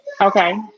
Okay